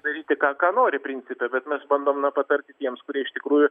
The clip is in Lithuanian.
daryti ką ką nori principe bet mes bandom na patarti tiems kurie iš tikrųjų